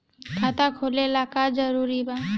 खाता खोले ला का का जरूरी बा?